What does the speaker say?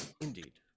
Indeed